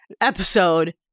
episode